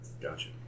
gotcha